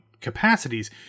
capacities